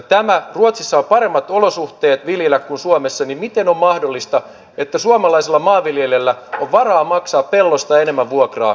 kun ruotsissa on paremmat olosuhteet viljellä kuin suomessa niin miten on mahdollista että suomalaisella maanviljelijällä on varaa maksaa pellosta enemmän vuokraa kuin ruotsalaisella